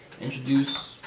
Introduce